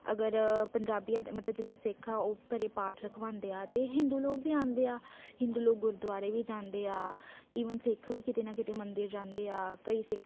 ਅਗਰ ਪੰਜਾਬੀ ਅ ਮਤਲਬ ਜਿੱਦਾਂ ਸਿੱਖ ਆ ਉਹ ਘਰੇ ਪਾਠ ਰਖਵਾਉਂਦੇ ਆ ਤਾਂ ਹਿੰਦੂ ਲੋਕ ਵੀ ਆਉਂਦੇ ਆ ਹਿੰਦੂ ਲੋਕ ਗੁਰਦੁਆਰੇ ਵੀ ਜਾਂਦੇ ਆ ਈਵਨ ਸਿੱਖ ਵੀ ਕਿਤੇ ਨਾ ਕਿਤੇ ਮੰਦਿਰ ਜਾਂਦੇ ਆ ਕਈ ਸਿੱਖ